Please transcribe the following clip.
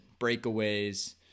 breakaways